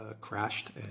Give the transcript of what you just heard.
crashed